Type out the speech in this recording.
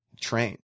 train